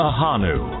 Ahanu